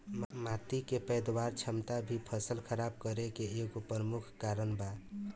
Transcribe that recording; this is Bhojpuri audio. माटी के पैदावार क्षमता भी फसल खराब करे के एगो प्रमुख कारन बा